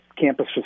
campus